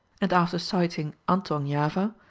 and after sighting anthong-java,